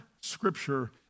scripture